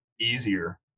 easier